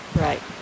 Right